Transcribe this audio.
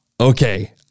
Okay